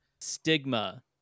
stigma